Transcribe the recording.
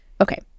Okay